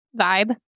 vibe